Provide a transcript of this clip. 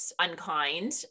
unkind